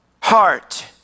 heart